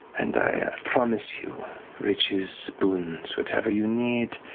and i promise you riches, boons, whatever you need,